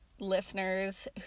listeners